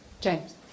James